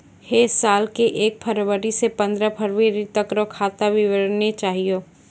है साल के एक फरवरी से पंद्रह फरवरी तक रो खाता विवरणी चाहियो